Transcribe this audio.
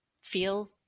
feel